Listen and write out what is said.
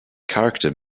character